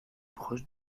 proche